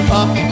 up